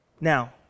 Now